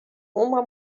uma